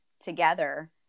together